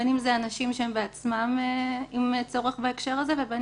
בין אם זה אנשים שהם בעצמם עם צורך בהקשר הזה ובין